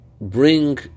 bring